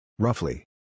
Roughly